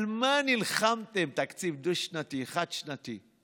על מה נלחמתם, תקציב דו-שנתי, חד-שנתי.